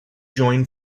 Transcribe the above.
join